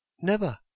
Never